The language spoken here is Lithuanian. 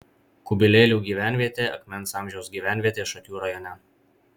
kubilėlių gyvenvietė akmens amžiaus gyvenvietė šakių rajone